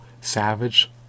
savage